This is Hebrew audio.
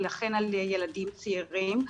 ולכן על ילדים צעירים.